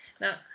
Now